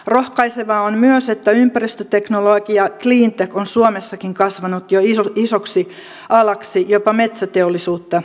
rohkaisevaa on myös että ympäristöteknologia cleantech on suomessakin kasvanut jo isoksi alaksi jopa metsäteollisuutta isommaksi